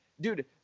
dude